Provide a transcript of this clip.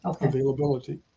availability